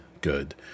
good